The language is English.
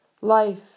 Life